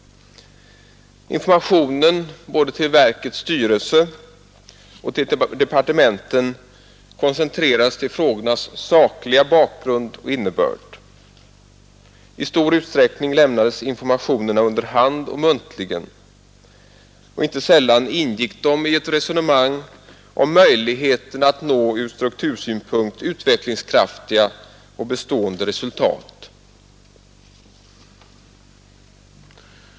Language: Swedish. Informationen både till styrelsen och departementen koncentrerades till frågornas sakliga bakgrund och innebörd. I stor utsträckning lämnades informationerna under hand och muntligen. Inte sällan ingick de i ett resonemang om möjligheten att nå från struktursynpunkt utvecklingskraftiga och bestående resultat.